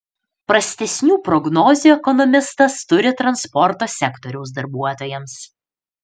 prastesnių prognozių ekonomistas turi transporto sektoriaus darbuotojams